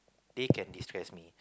they can destress me